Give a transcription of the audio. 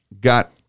got